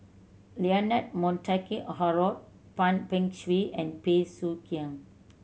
Leonard Montague Harrod Tan Beng Swee and Bey Soo Khiang